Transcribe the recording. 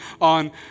on